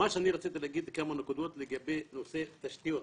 אני רציתי להגיד כמה נקודות לגבי נושא התשתיות.